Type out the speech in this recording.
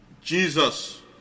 Jesus